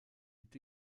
est